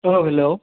औ हेल'